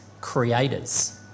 creators